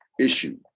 issue